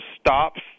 stops